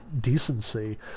decency